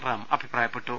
റാം അഭിപ്രായപ്പെട്ടു